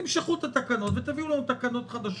תמשכו את התקנות, ותביאו לנו תקנות חדשות.